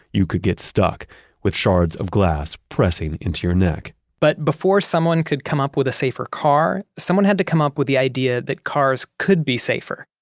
you could get stuck with shards of glass pressing into your neck but before someone could come up with a safer car, someone had to come up with the idea that cars could be safer.